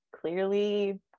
clearly